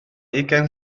ugain